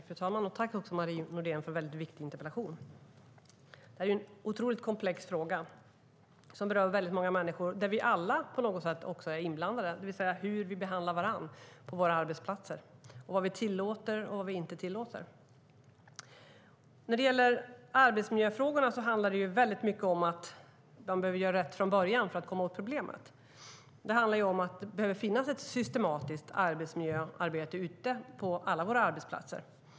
Fru talman! Jag tackar Marie Nordén för en mycket viktig interpellation. Detta är en otroligt komplex fråga som berör väldigt många människor, och där vi alla på något sätt är inblandade, det vill säga hur vi behandlar varandra på våra arbetsplatser och vad vi tillåter och inte tillåter. När det gäller arbetsmiljöfrågorna handlar det mycket om att man behöver göra rätt från början för att komma åt problemet. Det handlar om att det behöver finnas ett systematiskt arbetsmiljöarbete ute på alla våra arbetsplatser.